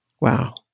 Wow